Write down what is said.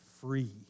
free